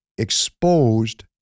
exposed